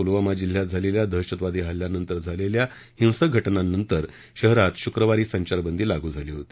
पुलवामा जिल्ह्यात झालेल्या दहशतवादी हल्ल्यानंतर झालेल्या हिंसक घटनांनंतर शहरात शुक्रवारी संचारबंदी लागू झाली होती